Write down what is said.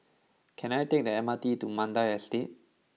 can I take the M R T to Mandai Estate